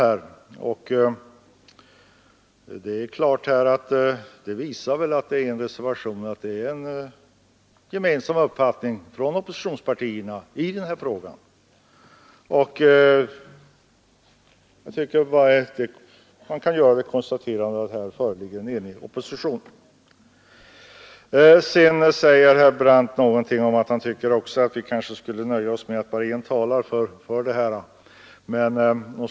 Att det finns bara en reservation visar väl att det är en gemensam uppfattning hos oppositionspartierna i denna fråga, och jag tycker att man här kan konstatera att det föreligger en enig opposition. Sedan tyckte herr Brandt att vi kanske skulle nöja oss med att bara ha en talare för detta förslag.